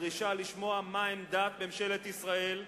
ודרישה לשמוע מה עמדת ממשלת ישראל,